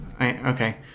okay